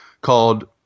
called –